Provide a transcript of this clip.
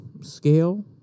scale